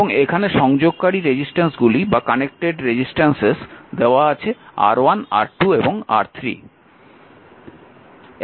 এবং এখানে সংযোগকারী রেজিস্ট্যান্সগুলি দেওয়া আছে R1 R2 এবং R3